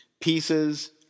Pieces